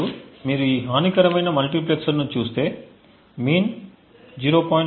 ఇప్పుడు మీరు ఈ హానికరమైన మల్టీప్లెక్సర్ను చూస్తే మీన్ 0